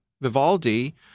Vivaldi